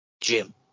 Jim